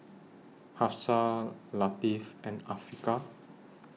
Hafsa Latif and Afiqah